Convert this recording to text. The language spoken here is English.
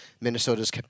Minnesota's